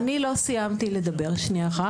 לא סיימתי לדבר, שנייה אחת.